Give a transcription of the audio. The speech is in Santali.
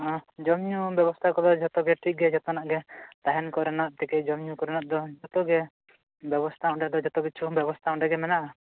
ᱚ ᱡᱚᱢ ᱧᱩ ᱵᱮᱵᱚᱥᱛᱷᱟ ᱠᱚᱫᱚ ᱡᱷᱚᱛᱚᱜᱮ ᱴᱷᱤᱠᱜᱮᱭᱟ ᱡᱷᱚᱛᱚᱱᱟᱜ ᱜᱮ ᱛᱟᱦᱮᱱ ᱠᱚᱨᱮᱱᱟᱜ ᱛᱷᱮᱠᱮ ᱡᱚᱢ ᱧᱩ ᱠᱚᱨᱮᱱᱟᱜ ᱫᱚ ᱡᱷᱚᱛᱚᱜᱮ ᱵᱮᱵᱚᱥᱛᱷᱟ ᱚᱱᱰᱮ ᱫᱚ ᱡᱷᱚᱛᱚᱠᱤᱪᱷᱩ ᱵᱮᱵᱚᱥᱛᱷᱟ ᱚᱱᱰᱮᱜᱮ ᱢᱮᱱᱟᱜᱼᱟ